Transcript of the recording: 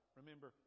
remember